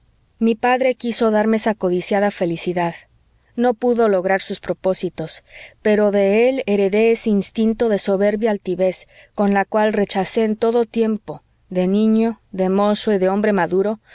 mi padre quiso darme esa codiciada felicidad no pudo lograr sus propósitos pero de él heredé ese instinto de soberbia altivez con la cual rechacé en todo tiempo de niño de mozo y de hombre maduro